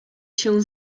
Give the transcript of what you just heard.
się